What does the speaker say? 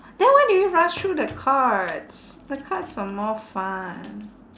then why did we rush through the cards the cards are more fun